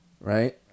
right